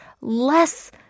less